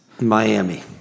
Miami